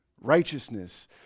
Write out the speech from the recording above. Righteousness